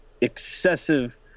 excessive